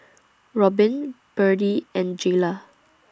Robyn Byrdie and Jaylah